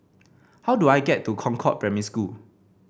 how do I get to Concord Primary School